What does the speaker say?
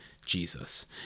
Jesus